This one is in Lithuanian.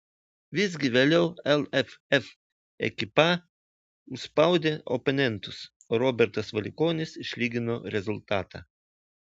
visgi vėliau lff ekipa užspaudė oponentus o robertas valikonis išlygino rezultatą